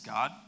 God